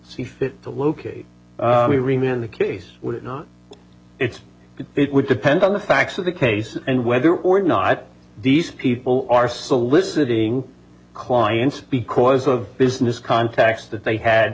see fit to locate we remain the case would not it would depend on the facts of the case and whether or not these people are soliciting clients because of business contacts that they had